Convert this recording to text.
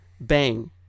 Bang